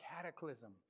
cataclysm